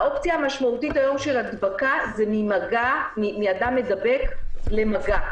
האופציה המשמעותית היום של הדבקה זה ממגע מאדם מדבק למגע.